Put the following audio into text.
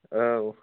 औ